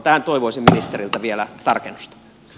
tähän toivoisin ministeriltä vielä tarkennusta